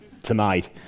tonight